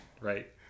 Right